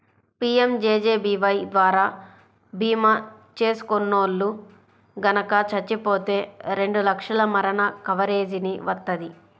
PMJJBY ద్వారా భీమా చేసుకున్నోల్లు గనక చచ్చిపోతే రెండు లక్షల మరణ కవరేజీని వత్తది